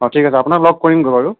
অঁ ঠিক আছে আপোনাক লগ কৰিমগৈ বাৰু